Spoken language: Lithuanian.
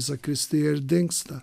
zakristiją ir dingsta